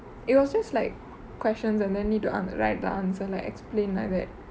it was just like questions and then need to um write the answer like explain like that